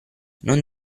non